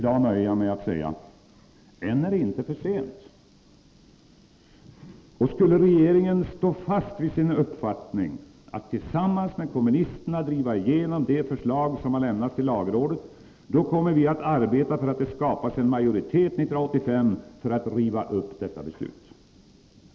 Jag nöjer mig i dag med att säga: Än är det inte för sent. Och skulle regeringen stå fast vid sin uppfattning att tillsammans med kommunisterna driva igenom det förslag som har lämnats till lagrådet, kommer vi att arbeta för att det skapas en majoritet 1985 för att riva upp det beslutet.